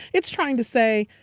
it's trying to say,